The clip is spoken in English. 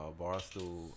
barstool